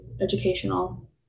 educational